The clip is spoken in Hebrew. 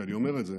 כשאני אומר את זה